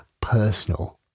personal